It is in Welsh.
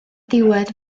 diwedd